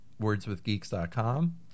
wordswithgeeks.com